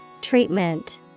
Treatment